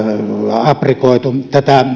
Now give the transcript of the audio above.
aprikoitu